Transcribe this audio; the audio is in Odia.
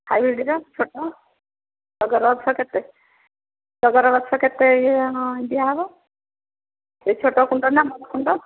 ହାଇବ୍ରୀଡ଼୍ର ଛୋଟ ଟଗର ଗଛ କେତେ ଟଗର ଗଛ କେତେ ଦିଆ ହେବ ସେଇ ଛୋଟ କୁଣ୍ଡ ନା ବଡ଼ କୁଣ୍ଡ